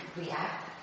react